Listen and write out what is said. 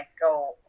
go